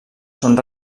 són